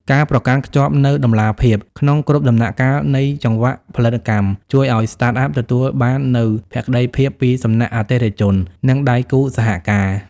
ការប្រកាន់ខ្ជាប់នូវតម្លាភាពក្នុងគ្រប់ដំណាក់កាលនៃចង្វាក់ផលិតកម្ម ជួយឱ្យ Startup ទទួលបាននូវភក្តីភាពពីសំណាក់អតិថិជន និងដៃគូសហការ។